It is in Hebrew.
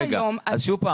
שוב,